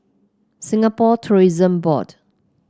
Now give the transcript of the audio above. Singapore Tourism Board